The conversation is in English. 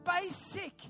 basic